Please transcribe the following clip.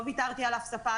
לא ויתרתי על אף ספק,